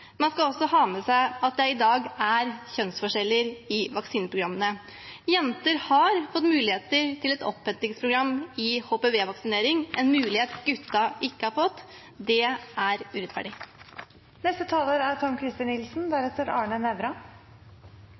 Man skal også ha med seg at det i dag er kjønnsforskjeller i vaksineprogrammene. Jenter har fått muligheter til et oppfølgingsprogram i HPV-vaksinering, en mulighet guttene ikke har fått. Det er